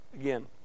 again